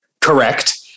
Correct